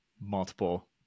multiple